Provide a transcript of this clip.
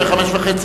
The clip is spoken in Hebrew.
הרי ב-17:30,